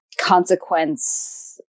consequence